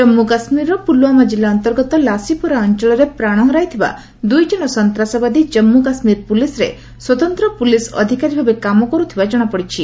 ଜନ୍ମୁ କାଶ୍ମୀରର ପୁଲ୍ୱାମା ଜିଲ୍ଲା ଅନ୍ତର୍ଗତ ଲାସିପୋରା ଅଞ୍ଚଳରେ ପ୍ରାଣ ହରାଇଥିବା ଦୂଇ ଜଣ ସନ୍ତାସବାଦୀ ଜନ୍ମ୍ର କାଶୁୀର ପ୍ରଲିସ୍ରେ ସ୍ୱତନ୍ତ୍ର ପ୍ରଲିସ୍ ଅଧିକାରୀ ଭାବେ କାମ କରୁଥିବା ଜଣାପଡ଼ିଛି